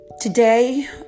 Today